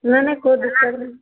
नहि नहि कोइ दिक्कत नहि